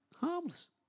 harmless